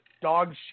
dog